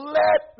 let